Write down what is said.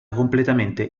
completamente